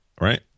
right